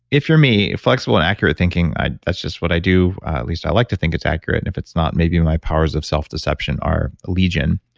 if you're me, flexible and accurate thinking, that's just what i do, at least, i like to think it's accurate. and if it's not, maybe my powers of self-deception are legion.